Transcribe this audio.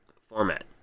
format